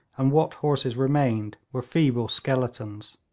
and what horses remained were feeble skeletons.